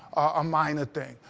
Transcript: a minor thing.